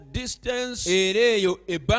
distance